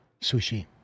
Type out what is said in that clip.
Sushi